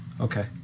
Okay